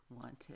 wanted